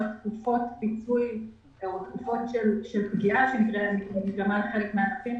תקופות פיצוי של פגיעה של חלק מהענפים